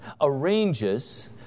arranges